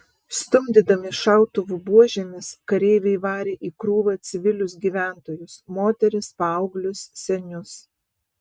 stumdydami šautuvų buožėmis kareiviai varė į krūvą civilius gyventojus moteris paauglius senius